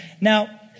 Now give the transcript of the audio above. Now